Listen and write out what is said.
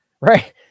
Right